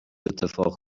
اتفاق